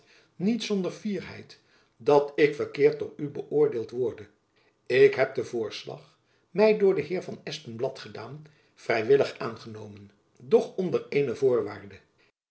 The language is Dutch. niet zonder fierheid dat ik verkeerd door u beoordeeld worde ik heb den voorslag my door den heer van espenblad gedaan vrijwillig aangenomen doch onder eene voorwaarde